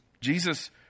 Jesus